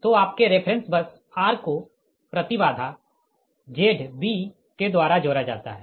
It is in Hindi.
तो आपके रेफ़रेंस बस r को प्रति बाधा Zb के द्वारा जोड़ा जाता है